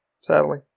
sadly